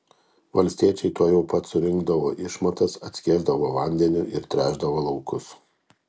valstiečiai tuojau pat surinkdavo išmatas atskiesdavo vandeniu ir tręšdavo laukus